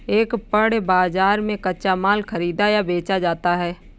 एक पण्य बाजार में कच्चा माल खरीदा या बेचा जाता है